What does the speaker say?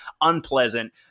unpleasant